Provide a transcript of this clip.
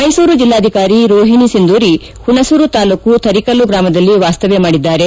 ಮೈಸೂರು ಜಿಲ್ಲಾಧಿಕಾರಿ ರೋಹಿಣಿ ಸಿಂಧೂರಿ ಹುಣಸೂರು ತಾಲ್ಲೂಕು ತರೀಕಲ್ಲು ಗ್ರಾಮದಲ್ಲಿ ವಾಸ್ತವ್ಯ ಮಾಡಿದ್ದಾರೆ